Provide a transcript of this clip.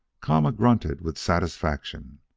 kama grunted with satisfaction,